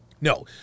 No